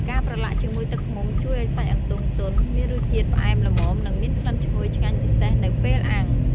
ការប្រឡាក់ជាមួយទឹកឃ្មុំជួយឱ្យសាច់អន្ទង់ទន់ មានរសជាតិផ្អែមល្មម និងមានក្លិនឈ្ងុយឆ្ងាញ់ពិសេសនៅពេលអាំង។